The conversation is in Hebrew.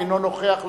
אינו נוכח,